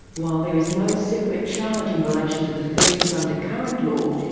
while there is no separate charge in relation to the foetus under current law,